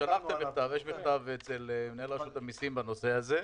יש מכתב אצל מנהל רשות המסים בנושא הזה.